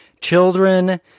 children